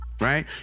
right